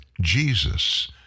Jesus